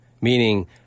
meaning